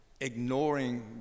ignoring